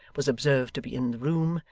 was observed to be in the room,